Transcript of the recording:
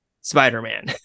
spider-man